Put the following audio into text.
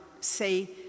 say